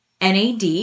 NAD